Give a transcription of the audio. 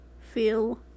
feel